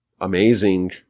amazing